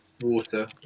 water